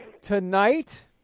tonight